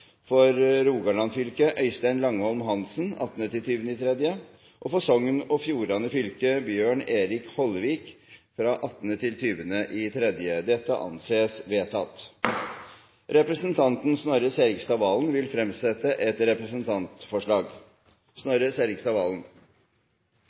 For Rogaland fylke: Øystein Langholm Hansen 18.–20. mars For Sogn og Fjordane fylke: Bjørn Erik Hollevik 18.–20. mars Representanten Snorre Serigstad Valen vil fremsette et representantforslag. På vegne av representanten Audun Lysbakken og meg selv vil jeg framsette et representantforslag